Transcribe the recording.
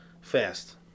Fast